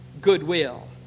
goodwill